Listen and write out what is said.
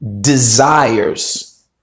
Desires